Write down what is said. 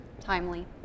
Timely